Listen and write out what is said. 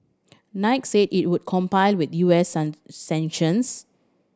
Nike said it would comply with U S sanctions